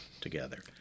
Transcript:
together